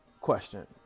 Question